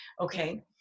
okay